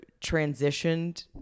transitioned